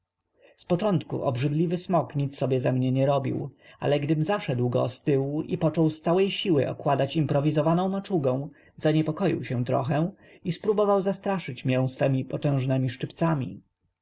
izby z początku obrzydliwy smok nic sobie ze mnie nie robił ale gdym zaszedł go z tyłu i począł z całej siły okładać improwizowaną maczugą zaniepokoił się trochę potem poruszył i spróbował zastraszyć mię swemi potężnemi szczypcami wtedy z